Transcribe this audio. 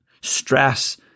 Stress